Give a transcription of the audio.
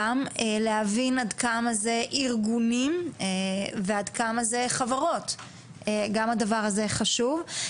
גם להבין עד כמה זה ארגונים ועד כמה זה חברות גם הדבר הזה חשוב.